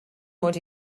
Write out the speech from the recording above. mod